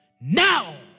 Now